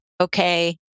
Okay